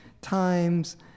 times